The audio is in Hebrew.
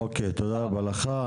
אוקיי, תודה רבה לך.